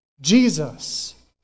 Jesus